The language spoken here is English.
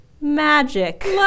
magic